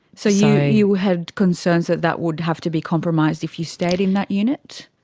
so yeah you had concerns that that would have to be compromised if you stayed in that unit?